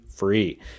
free